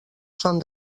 són